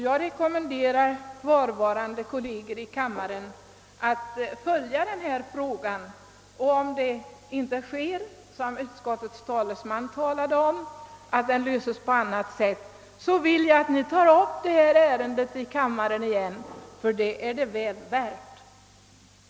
Jag rekommenderar kvarvarande kolleger i kammaren att följa frågan, och om inte det sker som utskottets talesman nämnde, d.v.s. att problemet löses på annat sätt, hoppas jag att ni skall ta upp ärendet här igen; det är det väl värt.